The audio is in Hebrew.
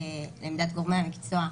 לפי עמדת גורמי המקצוע,